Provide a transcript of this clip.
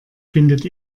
findet